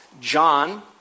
John